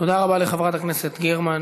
תודה רבה לחברת הכנסת גרמן.